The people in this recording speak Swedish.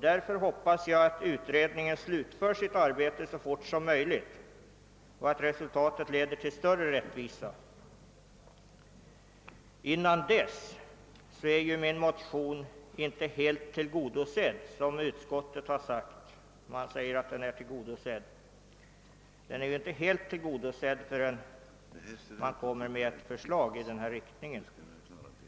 Därför hoppas jag att utredningen slutför sitt arbete så fort som möjligt och att resultatet le der till större rättvisa. Dessförinnan är icke mitt motionsyrkande — i motsats till vad utskottet framhållit — helt tillgodosett, ty det måste först komma ett förslag i den riktning som anges